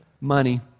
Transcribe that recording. money